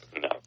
No